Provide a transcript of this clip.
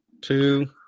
two